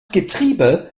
getriebe